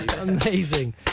Amazing